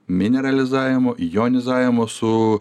mineralizavimo jonizavimo su